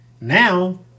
Now